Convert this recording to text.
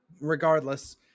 regardless